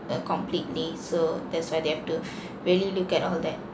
uh completely so that's why they have to really look at all that